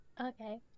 Okay